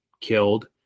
killed